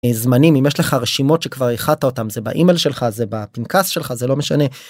הזמנים אם יש לך רשימות שכבר איחדת אותם זה באימייל שלך זה בפנקס שלך זה לא משנה.